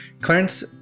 Clarence